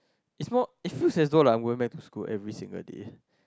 it's not it's feels like don't like no went to school every single day